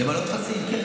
כן,